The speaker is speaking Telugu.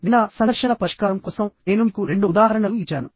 నిన్న సంఘర్షణల పరిష్కారం కోసం నేను మీకు రెండు ఉదాహరణలు ఇచ్చాను